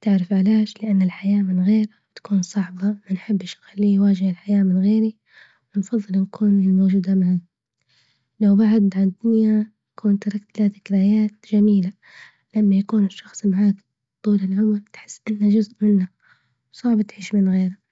تعرف ليش؟ لإن الحياة من غيرها تكون صعبة، ما نحبش نخليه يواجه الحياة من غيري، نفظل نكون موجودة معاه، لو بعد عن الدنيا كون تركت لي ذكريات جميلة، لما يكون الشخص معاك طول العمل تحس إنة جزء منه، صعبة تعيش من غيرها.